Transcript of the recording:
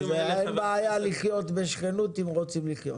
ואין בעיה לחיות בשכנות אם רוצים בכך.